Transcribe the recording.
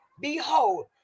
behold